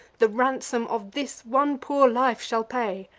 the ransom of this one poor life shall pay.